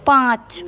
पाँच